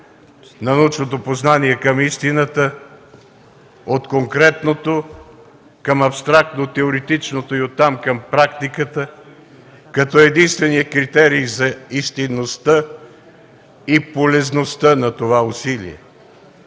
на научното познание към истината, от конкретното към абстрактно-теоретичното и оттам към практиката, като единственият критерий за истинността и полезността на това усилие.